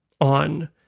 on